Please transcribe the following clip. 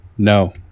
No